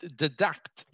deduct